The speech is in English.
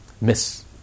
miss